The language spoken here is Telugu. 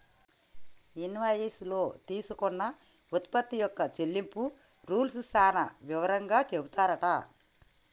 ఇన్వాయిస్ లో తీసుకున్న ఉత్పత్తి యొక్క చెల్లింపు రూల్స్ సాన వివరంగా చెపుతారట